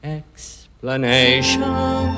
explanation